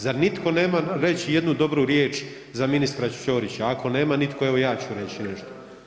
Zar nitko nema reći jednu dobru riječ za ministra Ćorića, ako nema nitko evo ja ću reći nešto.